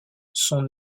son